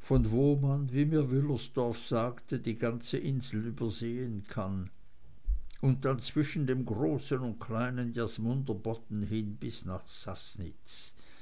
von wo man wie mir wüllersdorf sagte die ganze insel übersehen kann und dann zwischen dem großen und kleinen jasmunder bodden hin bis nach saßnitz